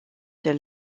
sur